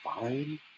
fine